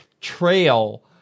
trail